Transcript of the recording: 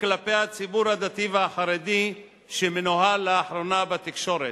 כלפי הציבור הדתי והחרדי שמנוהל לאחרונה בתקשורת.